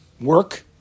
work